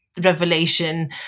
revelation